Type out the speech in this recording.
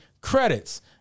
Credits